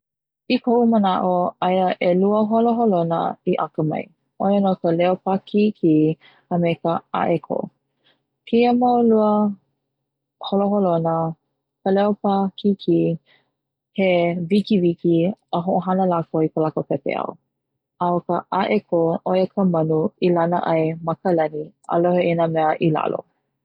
I koʻu manaʻo aia he ʻelua holoholona i akamai ʻoia no ka leopakiki a me ka ʻaeko keia mai lua holoholona ka leopakiki he wikiwiki a hoʻohana lakou i ka lākou pepeiao a ka ʻaeko ʻo ia ka manu e lana ai ma ka lani a lohe i nā mea i lalo.